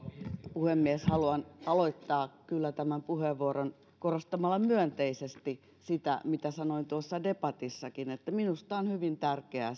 puhemies haluan kyllä aloittaa tämän puheenvuoron korostamalla myönteisesti sitä mitä sanoin tuossa debatissakin minusta on hyvin tärkeää